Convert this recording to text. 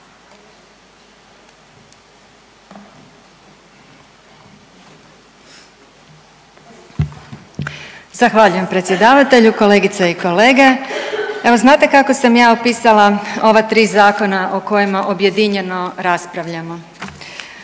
Zahvaljujem predsjedavatelju, kolegice i kolege. Evo znate kako sam ja opisala ova tri zakona o kojima objedinjeno raspravljamo?